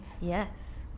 Yes